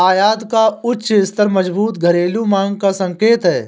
आयात का उच्च स्तर मजबूत घरेलू मांग का संकेत है